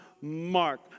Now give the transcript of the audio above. Mark